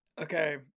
Okay